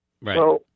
Right